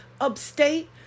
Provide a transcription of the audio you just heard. upstate